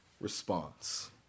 response